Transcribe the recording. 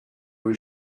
was